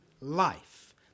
life